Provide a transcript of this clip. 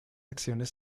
acciones